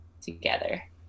together